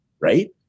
right